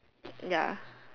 ya